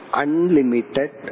unlimited